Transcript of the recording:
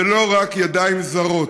ולא רק ידיים זרות.